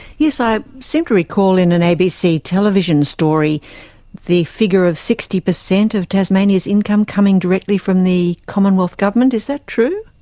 yes, i seem to recall in an abc television story the figure of sixty per cent of tasmania's income coming directly from the commonwealth government. is that true?